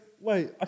Wait